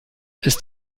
ist